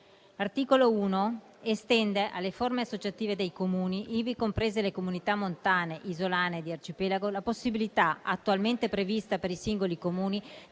L'articolo 1 estende alle forme associative dei Comuni, ivi comprese le Comunità montane, isolane e di arcipelago, la possibilità, attualmente prevista per i singoli Comuni,